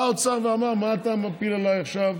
בא האוצר ואמר: מה אתה עכשיו מפיל עליי עכשיו